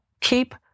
keep